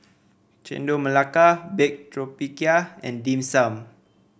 Chendol Melaka Baked Tapioca and Dim Sum